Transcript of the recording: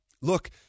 look